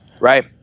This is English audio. Right